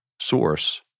source